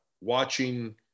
watching